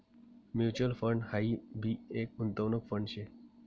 mutual fund हाई भी एक गुंतवणूक फंड शे